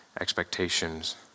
expectations